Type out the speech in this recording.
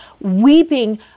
weeping